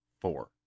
four